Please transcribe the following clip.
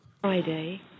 Friday